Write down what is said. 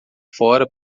fora